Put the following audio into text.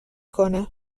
کنه